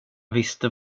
visste